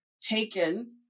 taken